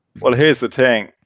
well here's the thing.